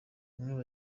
bambwiye